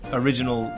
original